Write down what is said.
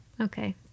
Okay